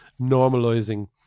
Normalizing